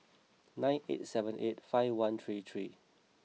nine eight seven eight five one three three